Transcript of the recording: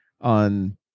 on